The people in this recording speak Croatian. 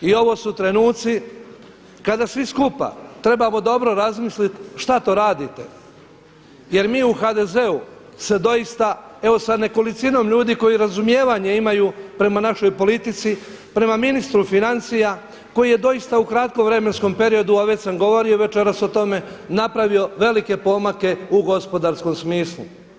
I ovo su trenuci kada svi skupa trebamo dobro razmisliti šta to radite jer mi u HDZ-u se doista evo sa nekolicinom ljudi koji razumijevanja imaju prema našoj politici, prema ministru financija koji je doista u kratkom vremenskom periodu, a već sam govorio večeras o tome, napravio velike pomake u gospodarskom smislu.